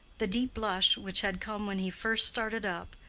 the deep blush, which had come when he first started up,